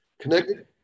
connected